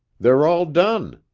they're all done,